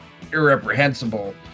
irreprehensible